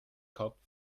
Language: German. kopf